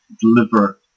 deliver